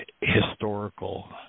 historical